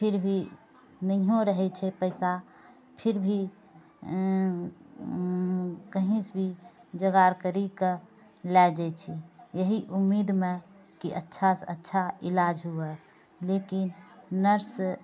फिर भी नहियौ रहै छै पाइसँ फिरभी कहिंसँ भी जोगार कैरिके लए जाइ छी एहि उम्मीदमे कि अच्छासँ अच्छा इलाज हुये लेकिन नर्स